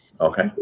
okay